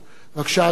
בבקשה, אדוני.